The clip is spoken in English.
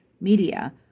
Media